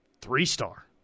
Three-star